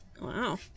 Wow